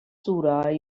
sura